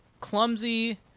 clumsy